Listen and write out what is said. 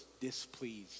displeased